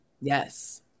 Yes